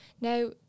Now